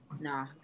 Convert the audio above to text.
No